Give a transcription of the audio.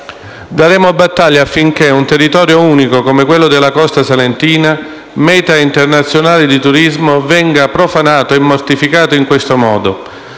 Daremo battaglia affinche´ un territorio unico, come quello della costa salentina, meta internazionale di turismo, non venga profanato e mortificato in questo modo.